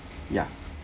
ya